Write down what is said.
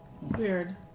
Weird